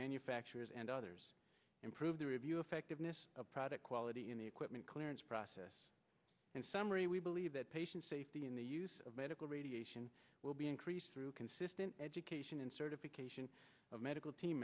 manufacturers and others improve the review effectiveness of product quality in the equipment clearance process and summary we believe that patient safety in the use of medical radiation will be increased through consistent education and certification of medical team